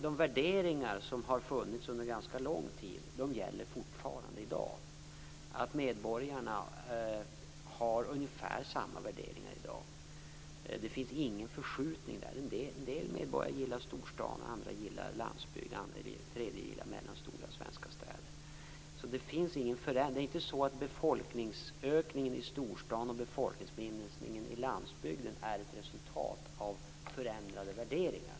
De värderingar som har funnits under ganska lång tid gäller fortfarande i dag. Medborgarna har ungefär samma värderingar i dag. Det finns ingen förskjutning. En del medborgare gillar storstaden, andra gillar landsbygd, andra gillar mellanstora svenska städer. Det är alltså inte så att befolkningsökningen i storstaden och befolkningsminskningen i landsbygden är ett resultat av förändrade värderingar.